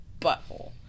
butthole